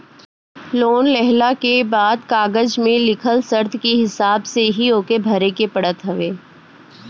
loan लेहला के बाद कागज में लिखल शर्त के हिसाब से ही ओके भरे के पड़त हवे